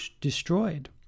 destroyed